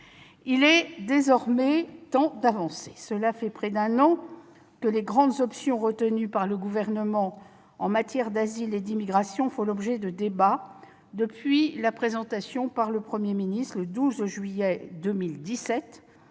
Il est désormais temps d'avancer. Cela fait près d'un an que les grandes options retenues par le Gouvernement en matière d'asile et d'immigration font l'objet de débats, depuis la présentation par le Premier ministre, le 12 juillet 2017,